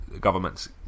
Government's